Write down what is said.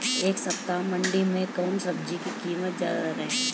एह सप्ताह मंडी में कउन सब्जी के कीमत ज्यादा रहे?